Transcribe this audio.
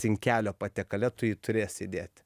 cinkelio patiekale tu jį turėsi įdėti